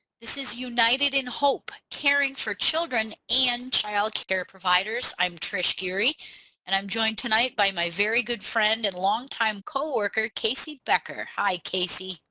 this is united in hope caring for children and child care providers. i'm trish geary and i'm joined tonight by my very good friend and longtime co-worker casey becker. hi casey.